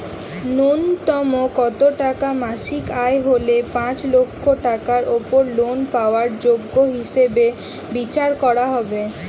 ন্যুনতম কত টাকা মাসিক আয় হলে পাঁচ লক্ষ টাকার উপর লোন পাওয়ার যোগ্য হিসেবে বিচার করা হবে?